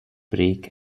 break